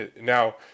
now